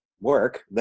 work